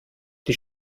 die